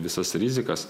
visas rizikas